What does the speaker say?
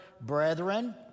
brethren